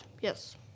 yes